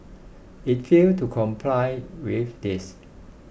it failed to comply with this